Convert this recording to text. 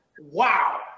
wow